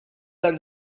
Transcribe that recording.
than